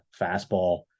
fastball